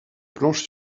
planche